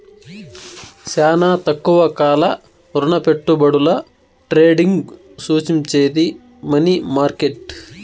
శానా తక్కువ కాల రుణపెట్టుబడుల ట్రేడింగ్ సూచించేది మనీ మార్కెట్